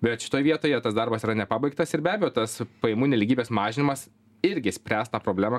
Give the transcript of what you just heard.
bet šitoj vietoje tas darbas yra nepabaigtas ir be abejo tas pajamų nelygybės mažinimas irgi spręst tą problemą